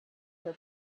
for